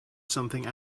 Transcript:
something